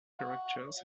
characters